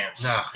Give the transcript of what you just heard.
no